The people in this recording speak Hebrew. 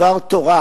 דבר תורה